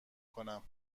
کنم